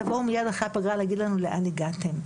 תבואו מייד אחרי הפגרה להגיד לנו לאן הגעתם.